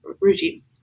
regime